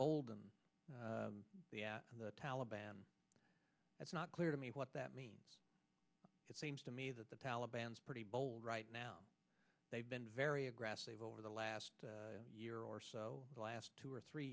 n the taliban it's not clear to me what that means it seems to me that the taliban is pretty bold right now they've been very aggressive over the last year or so the last two or three